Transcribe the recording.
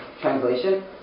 translation